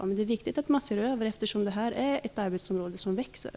Men det är viktigt att man ser över verksamheten, eftersom det här är ett arbetsområde som växer.